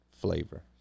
flavor